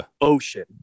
ocean